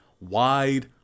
wide